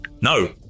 No